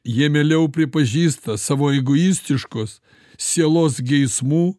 jie mieliau pripažįsta savo egoistiškus sielos geismų